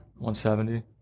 170